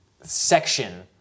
section